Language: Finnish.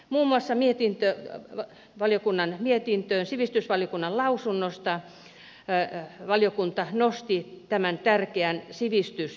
sivistysvaliokunnan lausunnosta valiokunta nosti valiokunnan mietintöön muun muassa tämän tärkeän sivistysteeman